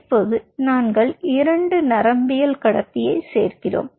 இப்போது நாங்கள் 2 நரம்பியக்கடத்தியைச் சேர்க்கிறோம்